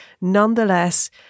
Nonetheless